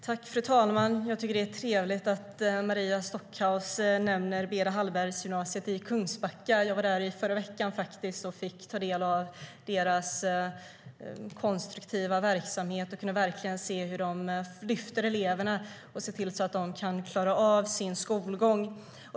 Fru talman! Jag tycker att det är trevligt att Maria Stockhaus nämner Beda Hallbergs gymnasium i Kungsbacka. Jag var faktiskt där i förra veckan och fick ta del av deras konstruktiva verksamhet. Jag kunde verkligen se hur de lyfter eleverna och ser till att de kan klara av sin skolgång.